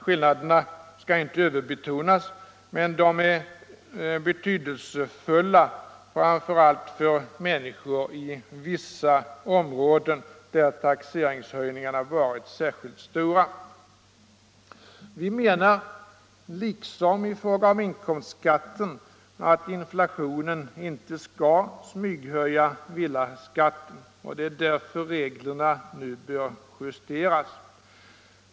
Skillnaderna skall inte överbetonas, men de är betydelsefulla, framför allt för människor i vissa områden där taxeringshöjningarna varit särskilt stora. Vi menar liksom i fråga om inkomstbeskattningen att inflationen inte skall smyghöja villaskatten, och det är därför reglerna nu bör justeras.